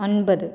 ഒൻപത്